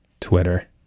Twitter